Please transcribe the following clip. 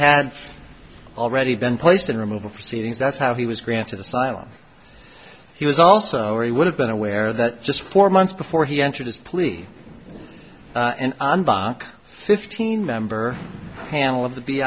had already been placed in removal proceedings that's how he was granted asylum he was also or he would have been aware that just four months before he entered his plea and fifteen member panel